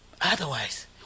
Otherwise